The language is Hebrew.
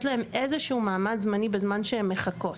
להן איזשהו מעמד זמני בזמן שהן מחכות.